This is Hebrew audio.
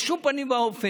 בשום פנים ואופן.